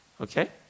Okay